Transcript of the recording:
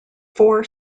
four